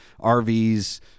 RVs